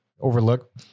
overlook